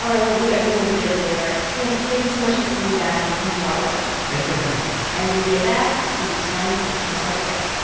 all right. well, we are going to leave it there. tim, thank you so much for coming back and hanging out with us thanks for having me and when we get back, it's going to be time for can't let it go